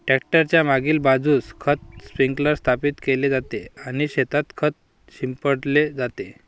tractor च्या मागील बाजूस खत स्प्रिंकलर स्थापित केले जाते आणि शेतात खत शिंपडले जाते